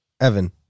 Evan